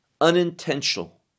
unintentional